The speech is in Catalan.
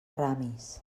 ramis